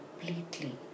completely